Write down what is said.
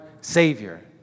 Savior